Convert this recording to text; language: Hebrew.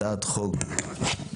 הצעת חוק דומה,